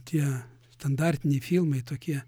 tie standartiniai filmai tokie